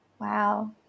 wow